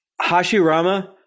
Hashirama